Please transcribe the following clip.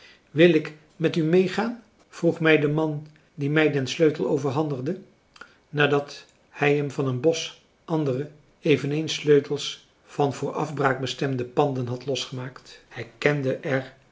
wil ik met u meegaan vroeg mij de man die mij den sleutel overhandigde nadat hij hem van een bos andere eveneens sleutels van voor afbraak bestemde panden had losgemaakt hij kende er